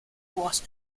was